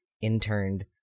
interned